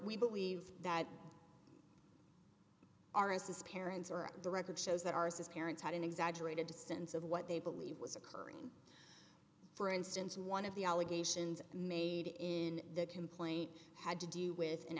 we believe that our as his parents or the record shows that ours is parents had an exaggerated distance of what they believe was occurring for instance one of the allegations made in the complaint had to do with an